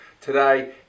Today